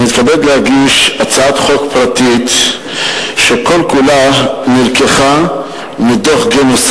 אני מתכבד להגיש הצעת חוק פרטית שכל-כולה נלקחה מדוח-גינוסר,